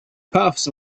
puffs